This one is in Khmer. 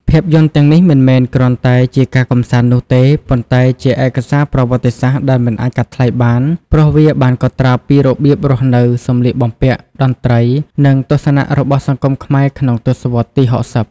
ភាពយន្តទាំងនេះមិនមែនគ្រាន់តែជាការកម្សាន្តនោះទេ ប៉ុន្តែជាឯកសារប្រវត្តិសាស្ត្រដែលមិនអាចកាត់ថ្លៃបាន ព្រោះវាបានកត់ត្រាពីរបៀបរស់នៅ សម្លៀកបំពាក់ តន្ត្រី និងទស្សនៈរបស់សង្គមខ្មែរក្នុងទសវត្សរ៍ទី៦០។